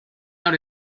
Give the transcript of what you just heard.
out